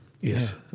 Yes